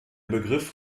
begriff